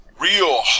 real